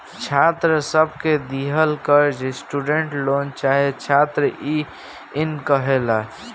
छात्र सब के दिहल कर्जा स्टूडेंट लोन चाहे छात्र इन कहाला